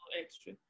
extra